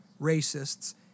racists